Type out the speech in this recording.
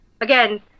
again